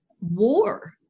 war